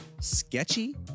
sketchy